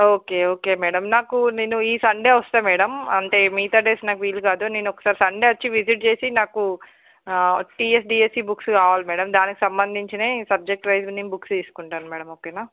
okay okay madam నాకు నేను ఈ సండే వస్తాను మేడం అంటే మిగతా డేస్ నాకు వీలుకాదు నేను ఒకసారి సండే వచ్చి విసిట్ చేసి నాకు టీఎస్డిఎస్సి బుక్స్ కావాలి మేడం దానికి సంబందించినవి సబ్జెక్టు వైస్ బుక్స్ తీసుకుంటాను మేడం నేను ఓకేనా